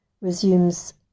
resumes